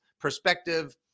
perspective